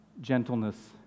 gentleness